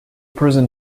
prison